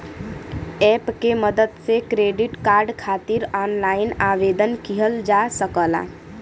app के मदद से क्रेडिट कार्ड खातिर ऑनलाइन आवेदन किहल जा सकला